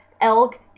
elk